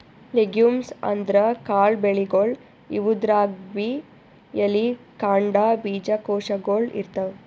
legumes ಅಂದ್ರ ಕಾಳ್ ಬೆಳಿಗೊಳ್, ಇವುದ್ರಾಗ್ಬಿ ಎಲಿ, ಕಾಂಡ, ಬೀಜಕೋಶಗೊಳ್ ಇರ್ತವ್